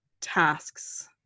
tasks